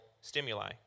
stimuli